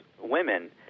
women